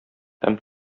һәм